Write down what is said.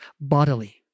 bodily